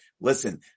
listen